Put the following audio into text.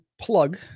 plug